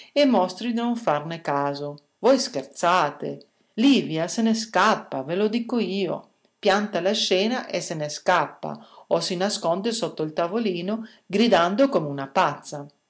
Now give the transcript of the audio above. e mostri di non farne caso voi scherzate livia se ne scappa ve lo dico io pianta la scena e se ne scappa o si nasconde sotto il tavolino gridando come una pazza